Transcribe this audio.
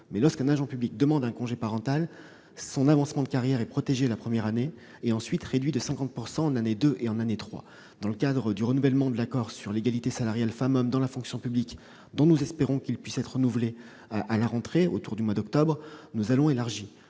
très souvent une femme, demande un congé parental, son avancement de carrière est protégé la première année, mais réduit de 50 % la deuxième et troisième année. Dans le cadre du renouvellement de l'accord sur l'égalité salariale femmes-hommes dans la fonction publique- nous espérons qu'il pourra être renouvelé à la rentrée, autour du mois d'octobre -, nous avons élargi